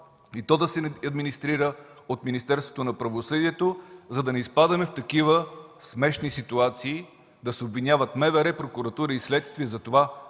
и то да се администрира от Министерството на правосъдието, за да не изпадаме в такива смешни ситуации да се обвиняват МВР, прокуратура и следствие за това